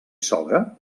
sogra